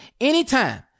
anytime